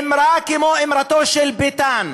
אמירה כמו אמירתו של ביטן